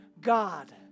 God